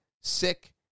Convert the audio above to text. sick